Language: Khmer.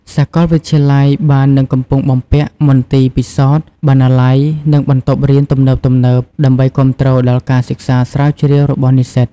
សាកលវិទ្យាល័យបាននិងកំពុងបំពាក់មន្ទីរពិសោធន៍ បណ្ណាល័យ និងបន្ទប់រៀនទំនើបៗ ដើម្បីគាំទ្រដល់ការសិក្សាស្រាវជ្រាវរបស់និស្សិត។